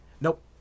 nope